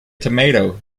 tomato